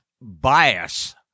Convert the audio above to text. Bias